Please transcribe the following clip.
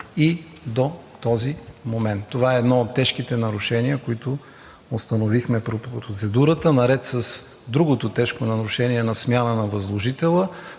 и до момента. Това е едно от тежките нарушения, които установихме при процедурата, наред с другото тежко нарушение със смяната на възложителя